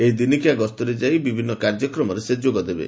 ଏହି ଦିନିକିଆ ଗସ୍ତରେ ଯାଇ ବିଭିନ୍ନ କାର୍ଯ୍ୟକ୍ରମରେ ଯୋଗଦେବେ